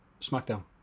SmackDown